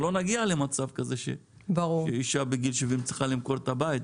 שלא נגיע למצב כזה שאישה בגיל 70 צריכה למכור את הבית.